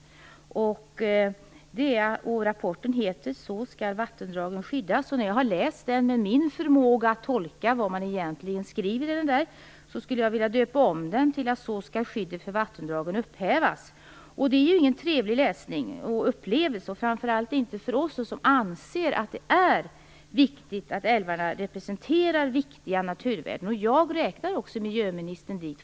Rapporten heter Så skall vattendragen skyddas. Efter att ha läst den, med min förmåga att tolka vad man egentligen skriver, skulle jag vilja döpa om den till Så skall skyddet för vattendragen upphävas. Det är ingen trevlig läsning, framför allt inte för oss som anser att det är viktigt att älvarna representerar viktiga naturvärden. Jag räknar fortfarande också miljöministern dit.